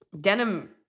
Denim